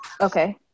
Okay